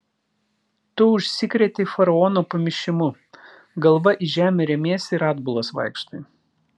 tu užsikrėtei faraono pamišimu galva į žemę remiesi ir atbulas vaikštai